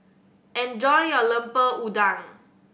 enjoy your Lemper Udang